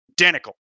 Identical